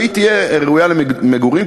והיא תהיה ראויה למגורים,